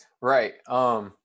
Right